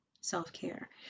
self-care